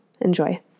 enjoy